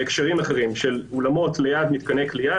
בהקשרים אחרים של אולמות ליד מתקני כליאה,